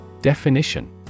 Definition